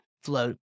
float